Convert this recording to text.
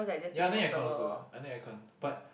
ya I need aircon also I need aircon but